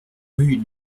rue